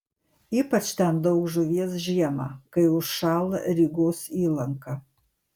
ypač ten daug žuvies žiemą kai užšąla rygos įlanka